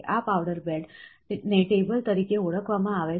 આ powder bed ને table તરીકે ઓળખવામાં આવે છે